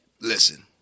listen